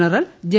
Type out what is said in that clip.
general J